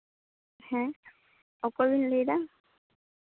ᱦᱮᱸ ᱚᱠᱚᱭ ᱵᱮᱱ ᱞᱟᱹᱭᱮᱫᱟ